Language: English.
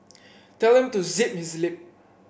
tell him to zip his lip